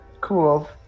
cool